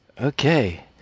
Okay